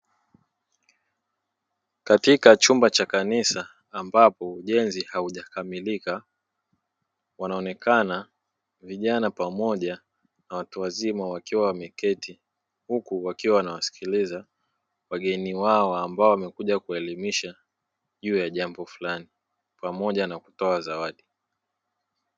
Katika chumba cha kanisa ambapo ujenzi haujakamilika wanaonekana vijana pamoja na watu wazima wakiwa wameketi, huku wakiwa wanawasikiliza wageni wao ambao wamekuja kuelimisha juu ya jambo fulani pamoja na kutoa zawadi.